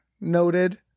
noted